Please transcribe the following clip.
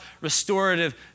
restorative